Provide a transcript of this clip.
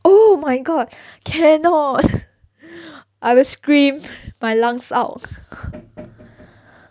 oh my god cannot I will scream my lungs out